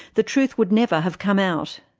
the truth would never have come out.